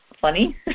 funny